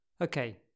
Okay